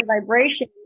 vibration